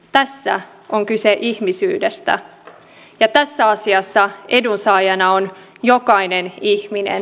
tässä on kyse ihmisyydestä ja tässä asiassa edunsaajana on jokainen ihminen